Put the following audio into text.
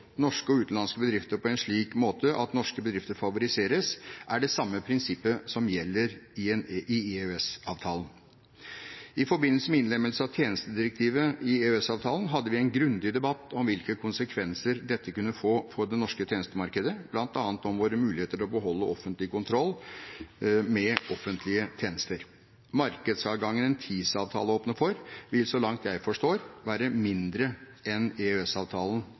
norske og utenlandske bedrifter på en slik måte at norske bedrifter favoriseres, er det samme prinsippet som gjelder i EØS-avtalen. I forbindelse med innlemmelsen av tjenestedirektivet i EØS-avtalen hadde vi en grundig debatt om hvilke konsekvenser dette kunne få på det norske tjenestemarkedet, bl.a. om våre muligheter til å beholde offentlig kontroll med offentlige tjenester. Markedsadgangen en TISA-avtale åpner for, vil så langt jeg forstår, være mindre enn